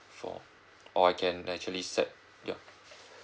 for or I can actually set ya